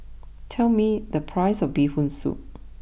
tell me the price of Bee Hoon Soup